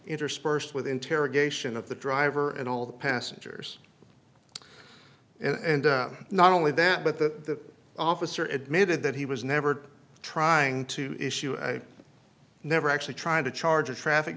interspersed with interrogation of the driver and all the passengers and not only that but the officer admitted that he was never trying to issue i never actually tried to charge a traffic